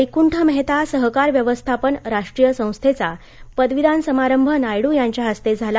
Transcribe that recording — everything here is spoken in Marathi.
वैकूंठ मेहता सहकार व्यवस्थापन राष्ट्रीय संस्थेचा पदवीदान समारंभ नायडू यांच्या हस्ते झाला